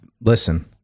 listen